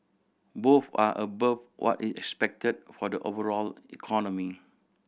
both are above what is expected for the overall economy